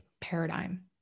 paradigm